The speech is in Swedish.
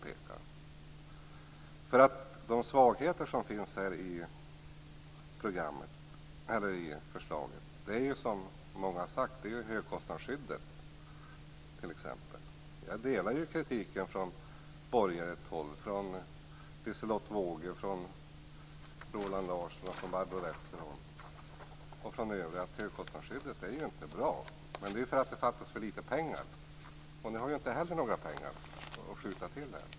En av svagheterna i förslaget är, som många har sagt, högkostnadsskyddet. Jag delar kritiken från borgerligt håll, från Liselotte Wågö, Roland Larsson, Barbro Westerholm och övriga, att högkostnadsskyddet inte är bra. Det beror på att det fattas pengar. De har inte heller några pengar att skjuta till.